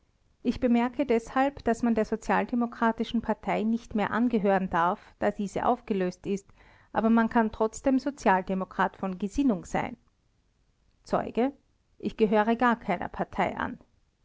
ich bemerke deshalb daß man der sozialdemokratischen partei nicht mehr angehören darf da diese aufgelöst ist aber man kann trotzdem sozialdemokrat von gesinnung sein zeuge ich gehöre gar keiner partei an